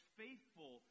faithful